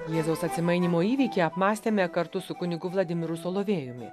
jėzaus atsimainymo įvykį apmąstėme kartu su kunigu vladimiru solovėjumi